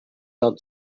had